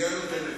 היא הנותנת.